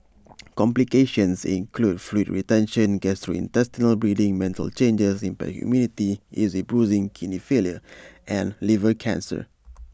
complications include fluid retention gastrointestinal bleeding mental changes impaired immunity easy bruising kidney failure and liver cancer